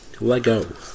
Lego